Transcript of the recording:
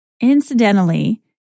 Incidentally